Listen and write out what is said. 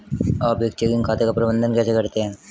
आप एक चेकिंग खाते का प्रबंधन कैसे करते हैं?